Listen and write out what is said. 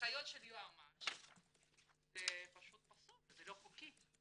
הנחיות של היועמ"ש זה פשוט פסול ולא חוקי.